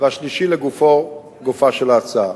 והשלישי לגופה של ההצעה.